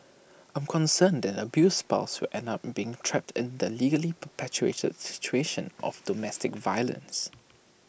I'm concerned that the abused spouse will end up being trapped in the legally perpetuated situation of domestic violence